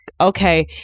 okay